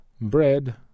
bread